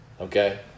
okay